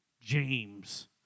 James